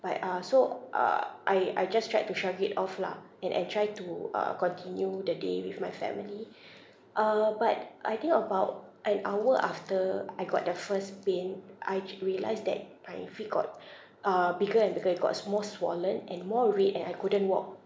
but uh so uh I I just tried to shrug it off lah and and try to uh continue the day with my family uh but I think about an hour after I got the first pain I realised that my feet got uh bigger and bigger it got s~ more swollen and more red and I couldn't walk